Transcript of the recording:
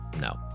no